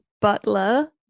butler